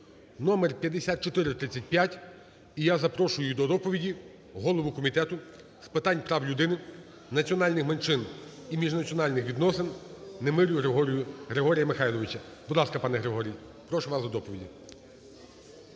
(№ 5435). І я запрошую до доповіді голову Комітету з питань прав людини, національних меншин і міжнаціональних відносин Немирю Григорія Михайловича. Будь ласка, пане Григорію, прошу вас до доповіді.